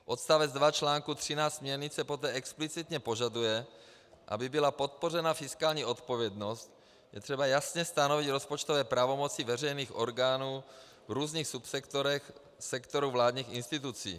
Odstavec 2 článku 13 směrnice poté explicitně požaduje, aby byla podpořena fiskální odpovědnost, je třeba jasně stanovit rozpočtové pravomoci veřejných orgánů v různých subsektorech sektoru vládních institucí.